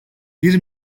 bir